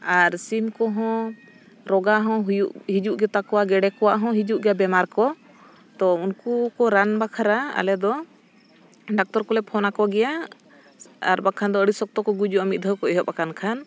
ᱟᱨ ᱥᱤᱢ ᱠᱚᱦᱚᱸ ᱨᱚᱜᱟ ᱦᱚᱸ ᱦᱩᱭᱩᱜ ᱦᱤᱡᱩᱜ ᱜᱮᱛᱟ ᱠᱚᱣᱟ ᱜᱮᱰᱮ ᱠᱚᱣᱟᱜ ᱦᱚᱸ ᱦᱤᱡᱩᱜ ᱜᱮᱭᱟ ᱵᱮᱢᱟᱨ ᱠᱚ ᱛᱚ ᱩᱱᱠᱩ ᱠᱚ ᱨᱟᱱ ᱵᱟᱠᱷᱨᱟ ᱟᱞᱮ ᱫᱚ ᱰᱟᱠᱛᱚᱨ ᱠᱚᱞᱮ ᱯᱷᱳᱱ ᱟᱠᱚ ᱜᱮᱭᱟ ᱟᱨ ᱵᱟᱠᱷᱟᱱ ᱫᱚ ᱟᱹᱰᱤ ᱥᱚᱠᱛᱚ ᱠᱚ ᱜᱩᱡᱩᱜᱼᱟ ᱢᱤᱫ ᱫᱷᱟᱣ ᱠᱚ ᱮᱦᱚᱵ ᱟᱠᱟᱱ ᱠᱷᱟᱱ